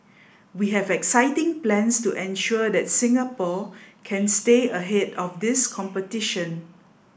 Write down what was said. we have exciting plans to ensure that Singapore can stay ahead of this competition